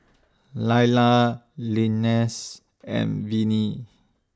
Laila Linsey and Vinnie